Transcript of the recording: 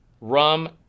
rum